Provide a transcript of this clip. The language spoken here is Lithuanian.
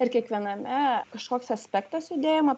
ir kiekviename kažkoks aspektas judėjimo